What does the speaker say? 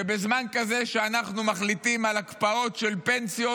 שבזמן כזה, כשאנחנו מחליטים על הקפאות של פנסיות,